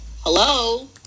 Hello